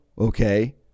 okay